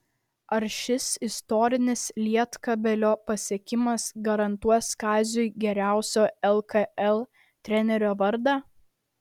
ar šis istorinis lietkabelio pasiekimas garantuos kaziui geriausio lkl trenerio vardą